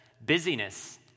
Busyness